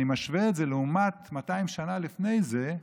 אני משווה את זה לעומת 200 שנים לפני זה,